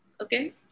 okay